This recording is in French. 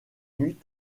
nuits